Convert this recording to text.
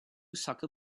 soccer